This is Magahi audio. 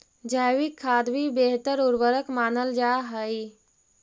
जैविक खाद भी बेहतर उर्वरक मानल जा हई